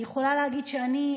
אני יכולה להגיד שאני,